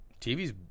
TV's